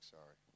Sorry